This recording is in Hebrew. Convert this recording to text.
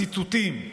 הציטוטים,